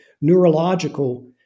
neurological